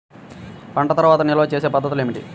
పంట తర్వాత నిల్వ చేసే పద్ధతులు ఏమిటి?